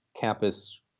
campus